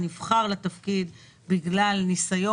אתה מגבש תכנית